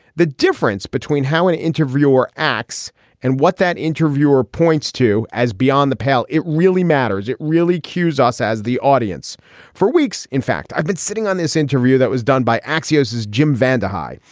the difference between how an interviewer acts and what that interviewer points to as beyond the pale. it really matters. it really cues us as the audience for weeks. in fact, i've been sitting on this interview that was done by axios jim vandehei.